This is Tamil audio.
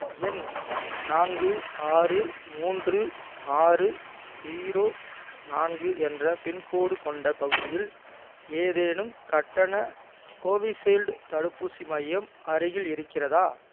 எண் நான்கு ஆறு மூன்று ஆறு ஜீரோ நான்கு என்ற பின்கோடு கொண்ட பகுதியில் ஏதேனும் கட்டண கோவிஷீல்டு தடுப்பூசி மையம் அருகில் இருக்கிறதா